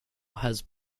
has